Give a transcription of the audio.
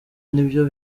nivyo